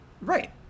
Right